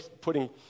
putting